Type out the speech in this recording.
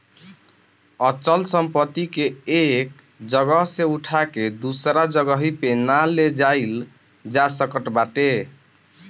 अचल संपत्ति के एक जगह से उठा के दूसरा जगही पे ना ले जाईल जा सकत बाटे